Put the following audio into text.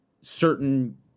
certain